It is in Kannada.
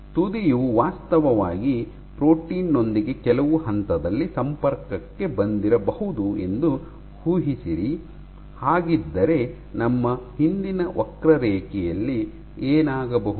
ತುದಿಯು ವಾಸ್ತವವಾಗಿ ಪ್ರೋಟೀನ್ ನೊಂದಿಗೆ ಕೆಲವು ಹಂತದಲ್ಲಿ ಸಂಪರ್ಕಕ್ಕೆ ಬಂದಿರಬಹುದು ಎಂದು ಊಹಿಸಿರಿ ಹಾಗಿದ್ದರೆ ನಮ್ಮ ಹಿಂದಿನ ವಕ್ರರೇಖೆಯಲ್ಲಿ ಏನಾಗಬಹುದು